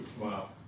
Wow